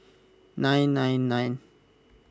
nine nine nine